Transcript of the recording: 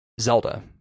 Zelda